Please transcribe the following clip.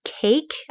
cake